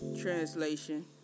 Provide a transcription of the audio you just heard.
Translation